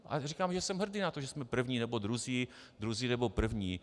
A říkám, že jsem hrdý na to, že jsme první nebo druzí, druzí nebo první.